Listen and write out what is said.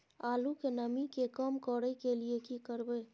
आलू के नमी के कम करय के लिये की करबै?